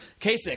Kasich